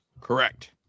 Correct